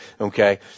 okay